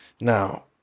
now